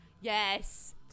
Yes